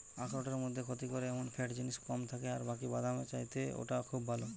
আখরোটের মধ্যে ক্ষতি করে এমন ফ্যাট জিনিস কম থাকে আর বাকি বাদামের চাইতে ওটা খুব ভালো